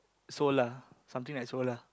solar something like solar